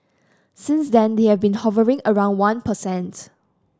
since then they have been hovering around one per cent